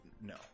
No